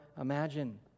imagine